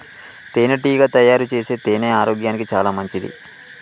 తేనెటీగ తయారుచేసే తేనె ఆరోగ్యానికి చాలా మంచిది